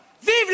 Vive